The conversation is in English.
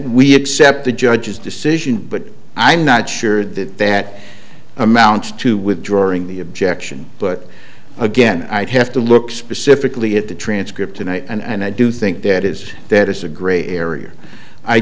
we accept the judge's decision but i'm not sure that that amounts to withdrawing the objection but again i'd have to look specifically at the transcript tonight and i do think that is that is a gray area i